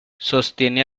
sostiene